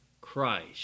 Christ